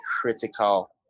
critical